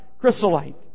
chrysolite